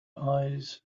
eyes